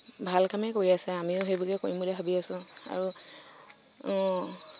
ভাল কামে কৰি আছে আমিও সেই বুলিয়ে কৰিম বুলি ভাবি আছো আৰু